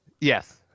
yes